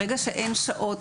ברגע שאין שעות,